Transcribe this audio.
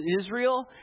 Israel